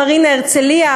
מרינה הרצליה,